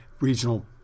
regional